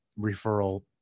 referral